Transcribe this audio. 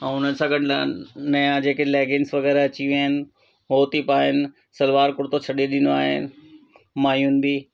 ऐं उन सां गॾु नवां जेके लैंगिंग्स वग़ैरह अची विया आहिनि हो थी पाइनि सलवार कुर्तो छॾे ॾिनो आहे मायुनि बि